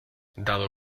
dado